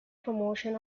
promotion